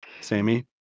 Sammy